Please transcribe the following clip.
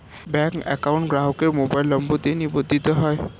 bank account গ্রাহকের mobile number দিয়ে নিবন্ধিত হয়